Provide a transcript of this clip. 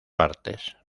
partes